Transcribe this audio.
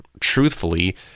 truthfully